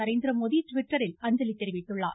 நரேந்திரமோடி ட்விட்டரில் அஞ்சலி தெரிவித்துள்ளார்